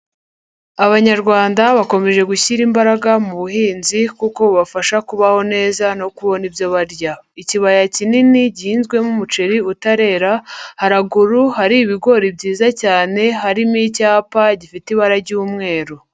Abanyarwanda bakomeje gushyira imbaraga mu buhinzi, kuko bubafasha kubaho neza no kubona ibyo barya, ikibaya kinini gihinzwemo umuceri utarera, haraguru hari ibigori byiza cyane, harimo icyapa gifite ibara ry'umweru.